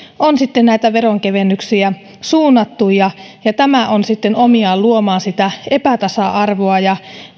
on sitten näitä veronkevennyksiä suunnattu tämä on omiaan luomaan sitä epätasa arvoa ja